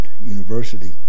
University